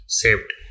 saved